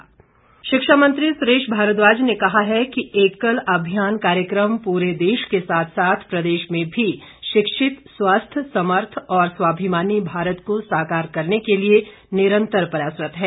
सुरेश भारद्वाज शिक्षा मंत्री सुरेश भारद्वाज ने कहा है कि एकल अभियान कार्यक्रम पूरे देश के साथ साथ प्रदेश में भी शिक्षित स्वस्थ समर्थ और स्वाभिमानी भारत को साकार करने के लिए निरंतर प्रयासरत है